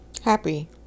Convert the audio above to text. happy